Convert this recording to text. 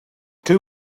two